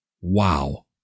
Wow